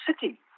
city